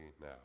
now